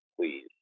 please